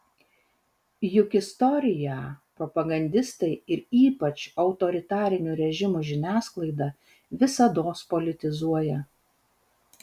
juk istoriją propagandistai ir ypač autoritarinių režimų žiniasklaida visados politizuoja